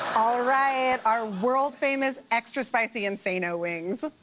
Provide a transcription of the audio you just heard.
all right. our world famous, extra-spicy insane-o wings!